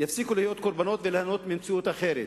יפסיקו להיות קורבנות וייהנו ממציאות אחרת.